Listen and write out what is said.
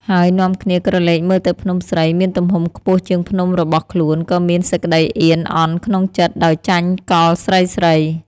ហើយនាំគ្នាក្រឡកមើលទៅភ្នំស្រីមានទំហំខ្ពស់ជាងភ្នំរបស់ខ្លួន ក៏មានសេចក្តីអៀន អន់ក្នុងចិត្តដោយចាញ់កលស្រីៗ។